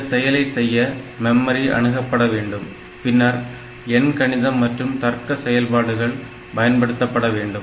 இந்த செயலை செய்ய மெமரி அணுகப்பட வேண்டும் பின்னர் எண் கணிதம் மற்றும் தர்க்க செயல்பாடுகள் பயன்படுத்தப்பட வேண்டும்